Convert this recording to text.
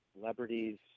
celebrities